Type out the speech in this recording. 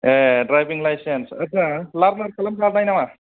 ए driving license आत्सा लारनार खालामखाबाय नामा